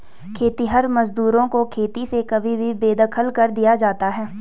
खेतिहर मजदूरों को खेती से कभी भी बेदखल कर दिया जाता है